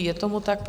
Je tomu tak.